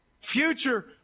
future